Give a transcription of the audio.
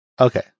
Okay